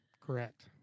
Correct